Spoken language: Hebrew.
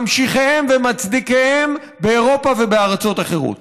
ממשיכיהם ומצדיקיהם באירופה ובארצות אחרות.